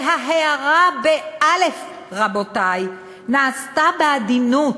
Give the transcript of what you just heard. וההארה, באל"ף, רבותי, נעשתה בעדינות,